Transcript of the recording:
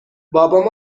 بابام